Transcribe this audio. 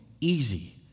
easy